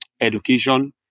Education